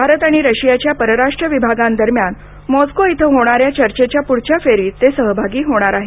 भारत आणि रशियाच्या परराष्ट्र विभागांदरम्यान मॉस्को इथं होणाऱ्या चर्चेच्या प्रढच्या फेरीत ते सहभागी होणार आहेत